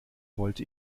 wollte